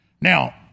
Now